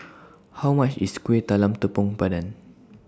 How much IS Kuih Talam Tepong Pandan